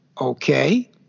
okay